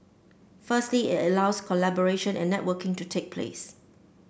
firstly it allows collaboration and networking to take place